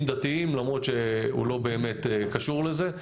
דתיים למרות שהוא לא באמת קשור לזה.